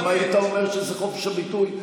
גם היית אומר שזה חופש הביטוי?